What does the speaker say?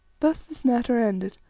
thus this matter ended.